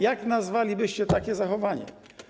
Jak nazwalibyście takie zachowanie?